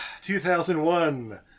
2001